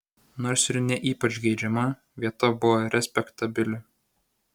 nors ir ne ypač geidžiama vieta buvo respektabili